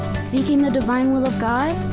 seeking the divine will of god?